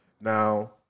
Now